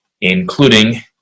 including